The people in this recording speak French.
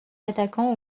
attaquant